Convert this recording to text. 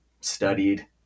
studied